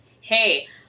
hey